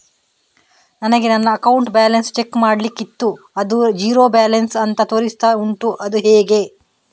ನನಗೆ ನನ್ನ account balance check ಮಾಡ್ಲಿಕ್ಕಿತ್ತು ಅದು ಝೀರೋ ಬ್ಯಾಲೆನ್ಸ್ ಅಂತ ತೋರಿಸ್ತಾ ಉಂಟು ಅದು ಹೇಗೆ?